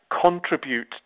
contribute